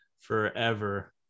forever